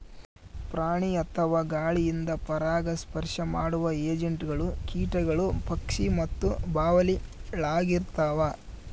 ಪ್ರಾಣಿ ಅಥವಾ ಗಾಳಿಯಿಂದ ಪರಾಗಸ್ಪರ್ಶ ಮಾಡುವ ಏಜೆಂಟ್ಗಳು ಕೀಟಗಳು ಪಕ್ಷಿ ಮತ್ತು ಬಾವಲಿಳಾಗಿರ್ತವ